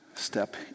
step